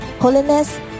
holiness